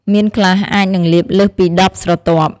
មានខ្លះអាចនឹងលាបលើសពី១០ស្រទាប់។